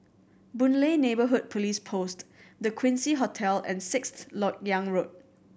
Boon Lay Neighbourhood Police Post The Quincy Hotel and Sixth Lok Yang Road